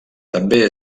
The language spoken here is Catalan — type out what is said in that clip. també